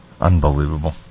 Unbelievable